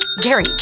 Gary